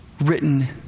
written